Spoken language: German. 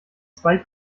zwei